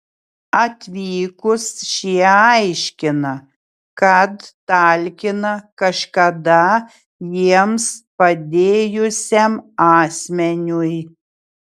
atvykus šie aiškina kad talkina kažkada jiems padėjusiam asmeniui